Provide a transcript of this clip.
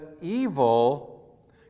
evil